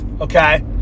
okay